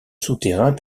souterrain